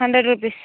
hundred rupees